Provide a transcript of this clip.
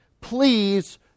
please